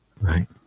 Right